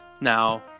now